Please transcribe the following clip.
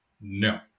No